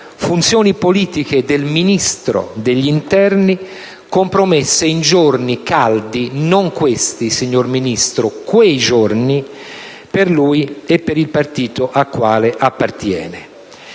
funzioni politiche del Ministro dell'interno compromesse in giorni caldi - non questi, signor Ministro: quei giorni - per lui e per il partito al quale appartiene.